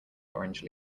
orange